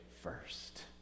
first